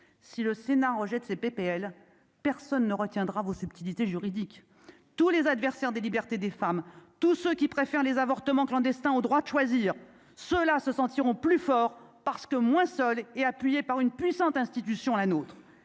si le Sénat rejette ces PPL personne ne retiendra vos subtilité juridique tous les adversaires des libertés des femmes, tous ceux qui préfèrent les avortements clandestins au droit de choisir ceux-là se sentiront plus fort parce que moins seul et appuyés par une puissante institution la nôtre